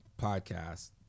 podcast